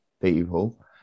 people